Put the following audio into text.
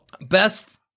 Best